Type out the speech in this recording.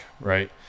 right